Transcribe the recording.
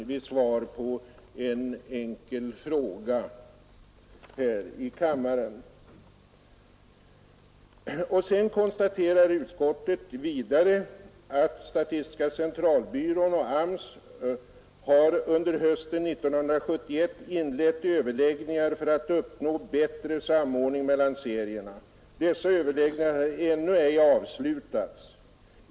Vidare konstaterar utskottet: ”SCB och AMS har under hösten 1971 inlett överläggningar för att uppnå bättre samordning mellan serierna. Dessa överläggningar har ännu ej avslutats.